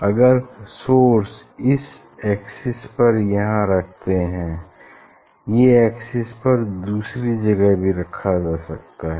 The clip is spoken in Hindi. अगर सोर्स इस एक्सिस पर यहाँ रखते हैं ये एक्सिस पर दूसरी जगह भी रखा जा सकता है